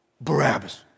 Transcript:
Barabbas